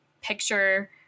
picture